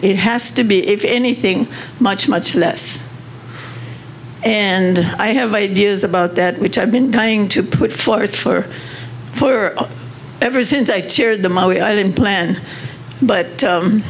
it has to be if anything much much less and i have ideas about that which i've been trying to put forth for for ever since i tear them out i didn't plan but